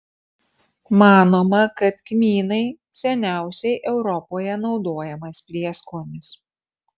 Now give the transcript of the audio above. manoma kad kmynai seniausiai europoje naudojamas prieskonis